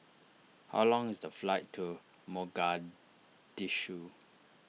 how long is the flight to Mogadishu